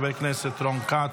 חבר הכנסת רון כץ,